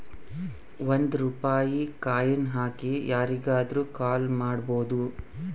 ಒಂದ್ ರೂಪಾಯಿ ಕಾಯಿನ್ ಹಾಕಿ ಯಾರಿಗಾದ್ರೂ ಕಾಲ್ ಮಾಡ್ಬೋದು